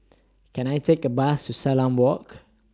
Can I Take A Bus to Salam Walk